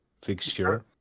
Fixture